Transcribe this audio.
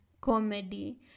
comedy